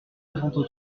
soixante